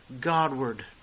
Godward